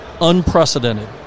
Unprecedented